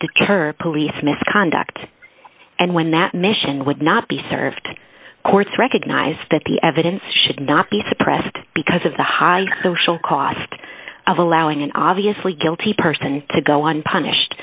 deter police misconduct and when that mission would not be served courts recognize that the evidence should not be suppressed because of the high social cost of allowing an obviously guilty person to go on punished